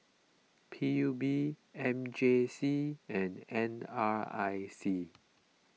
P U B M J C and N R I C